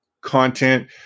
content